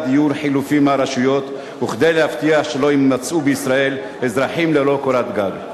דיור חלופי מהרשויות וכדי להבטיח שלא יימצאו אזרחים ללא קורת גג.